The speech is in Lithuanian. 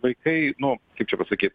vaikai nu kaip čia pasakyt